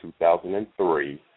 2003